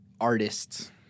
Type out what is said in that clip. artist's